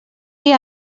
dir